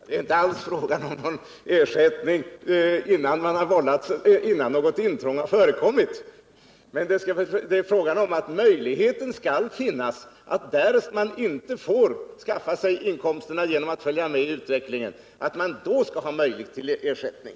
Herr talman! Det är inte alls fråga om ersättning innan intrång har förekommit. Det är fråga om att man därest man inte får skaffa sig inkomsterna genom att följa med i utvecklingen skall ha möjlighet att få ersättning.